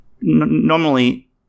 normally